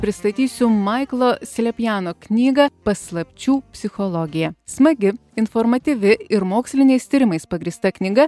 pristatysiu maiklo slepiano knygą paslapčių psichologija smagi informatyvi ir moksliniais tyrimais pagrįsta knyga